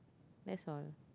that's all